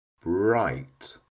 bright